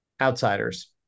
Outsiders